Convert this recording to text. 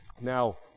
Now